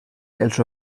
els